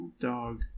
dog